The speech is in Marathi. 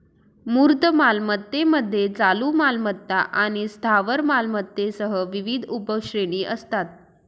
मूर्त मालमत्तेमध्ये चालू मालमत्ता आणि स्थावर मालमत्तेसह विविध उपश्रेणी असतात